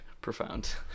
profound